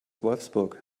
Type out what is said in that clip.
wolfsburg